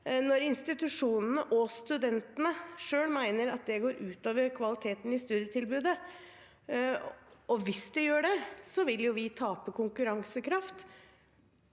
når institusjonene og studentene selv mener at det går ut over kvaliteten i studietilbudet? Hvis det gjør det, vil vi jo tape konkurransekraft.